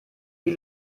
die